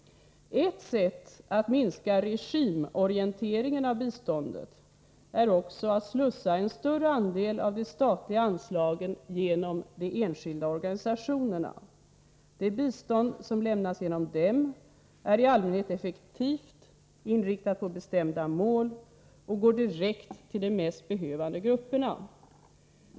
Ett sätt att minska regimorienteringen av biståndet är också att slussa en större andel av de statliga anslagen genom de enskilda organisationerna. Det bistånd som lämnas genom dem är i allmänhet effektivt, inriktat på bestämda mål och går direkt till de mest behövande grupperna.